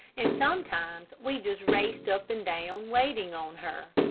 and sometimes we just raced up and down, waiting on her.